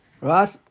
Right